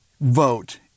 vote